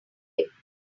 him